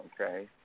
Okay